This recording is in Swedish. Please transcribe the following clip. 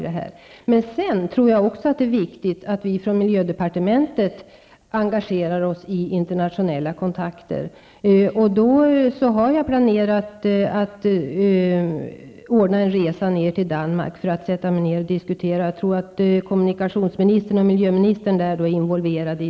Jag tror också att det är viktigt att vi på miljödepartementet engagerar oss internationellt. Det är planerat att jag skall resa till Danmark för att diskutera problemet. Jag tror att kommunikationsministern och miljöministern är involverade.